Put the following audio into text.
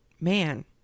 man